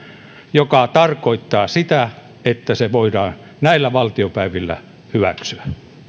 mikä tarkoittaa sitä että se voidaan näillä valtiopäivillä hyväksyä